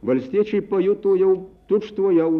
valstiečiai pajuto jau tučtuojau